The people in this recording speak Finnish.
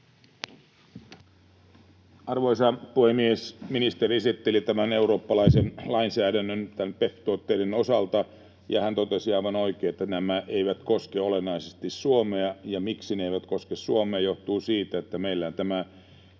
Arvoisa puhemies! Ministeri esitteli eurooppalaisen lainsäädännön PEPP-tuotteiden osalta, ja hän totesi aivan oikein, että nämä eivät koske olennaisesti Suomea. Se, miksi ne eivät koske Suomea, johtuu siitä, että meillä tämä